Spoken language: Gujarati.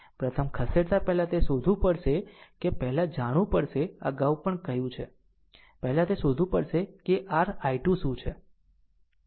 પ્રથમ ખસેડતા પહેલા તે શોધવું પડશે કે પહેલા જાણવું પડશે અગાઉ પણ કહ્યું છે પહેલા તે શોધવું પડશે કે r i2 શું છે